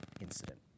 incident